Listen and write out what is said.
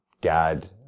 Dad